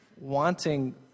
wanting